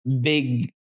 big